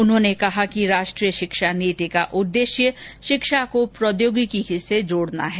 उन्होंने कहा कि राष्ट्रीय शिक्षा नीति का उद्देश्य शिक्षा को प्रौद्योगिकी से जोडना है